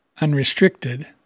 unrestricted